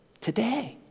today